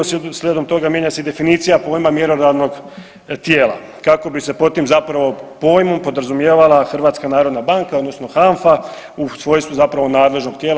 Slijedom toga mijenja se i definicija pojma mjerodavnog tijela kako bi se pod tim zapravo pojmom podrazumijevala HNB odnosno HANFA u svojstvu zapravo nadležnog tijela.